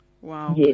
Wow